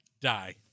die